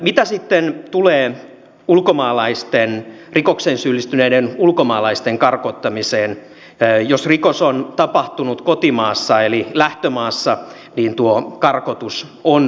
mitä sitten tulee rikokseen syyllistyneiden ulkomaalaisten karkottamiseen niin jos rikos on tapahtunut kotimaassa eli lähtömaassa karkotus on mahdollista